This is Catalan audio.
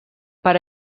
per